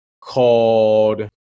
called